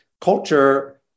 culture